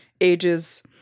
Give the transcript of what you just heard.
ages